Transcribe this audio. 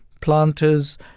planters